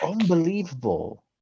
unbelievable